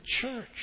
church